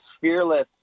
fearless